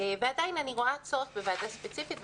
ועדיין אני רואה צורך בוועדה ספציפית,